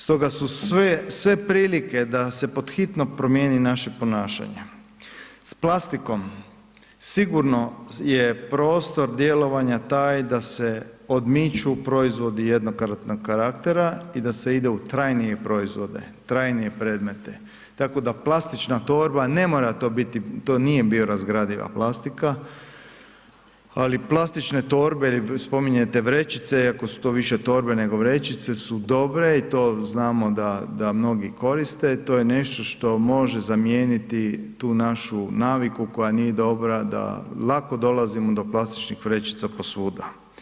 Stoga su sve prilike da se pod hitno promijeni naše ponašanje, s plastikom je sigurno prostor djelovanja taj da se odmiču proizvodi jednokratnog karaktera i da se ide u trajnije proizvode, trajnije predmete, tako da plastična torba, ne mora to biti to nije biorazgradiva plastika, ali plastične torbe, spominjete vrećice iako su to više torbe nego vrećice su dobre i to znamo da mnogi koriste, to je nešto što može zamijeniti tu našu naviku koja nije dobra da lako dolazimo do plastičnih vrećica posvuda.